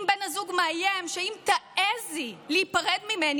אם בן הזוג מאיים: אם תעזי להיפרד ממני